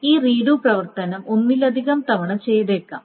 ഈ റീഡു പ്രവർത്തനം ഒന്നിലധികം തവണ ചെയ്തേക്കാം